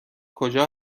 کجا